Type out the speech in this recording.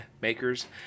makers